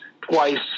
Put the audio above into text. twice